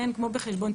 כמו בחשבון,